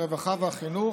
הרווחה והחינוך,